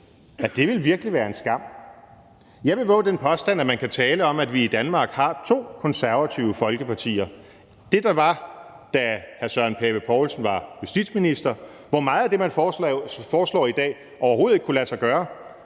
Og det ville virkelig være en skam. Jeg vil vove den påstand, at man kan tale om, at vi i Danmark har to konservative folkepartier. Det, der var, da hr. Søren Pape Poulsen var justitsminister, hvor meget af det, man foreslår i dag, overhovedet ikke kunne lade sig gøre,